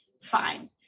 fine